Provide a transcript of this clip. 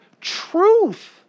truth